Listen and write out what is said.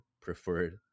preferred